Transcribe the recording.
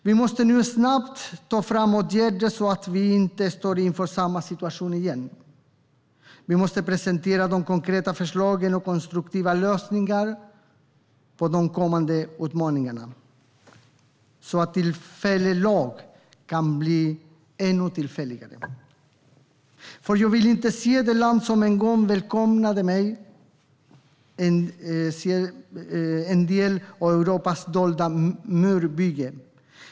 Vi måste nu snabbt ta fram åtgärder så att vi inte står inför samma situation igen. Vi måste presentera konkreta förslag och konstruktiva lösningar på de kommande utmaningarna så att en tillfällig lag kan bli ännu tillfälligare, för jag vill inte se det land som en gång välkomnade mig bli en del av Europas dolda murbygge.